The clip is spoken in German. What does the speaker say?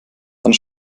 dann